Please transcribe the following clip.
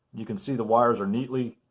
you can see the wires are neatly